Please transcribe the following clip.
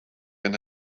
and